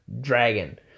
dragon